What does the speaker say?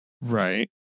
Right